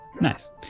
Nice